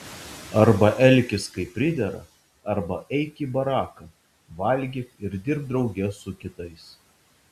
arba elkis kaip pridera arba eik į baraką valgyk ir dirbk drauge su kitais